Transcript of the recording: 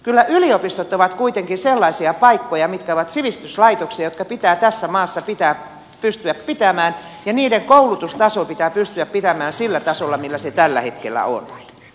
kyllä yliopistot ovat kuitenkin sellaisia paikkoja mitkä ovat sivistyslaitoksia jotka pitää tässä maassa pystyä pitämään ja niiden koulutustaso pitää pystyä pitämään sillä tasolla millä se tällä hetkellä uutta a